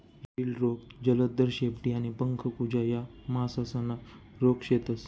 गिल्ड रोग, जलोदर, शेपटी आणि पंख कुजा या मासासना रोग शेतस